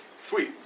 sweet